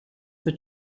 for